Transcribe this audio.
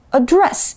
address